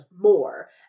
more